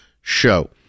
show